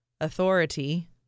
authority